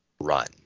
run